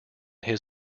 his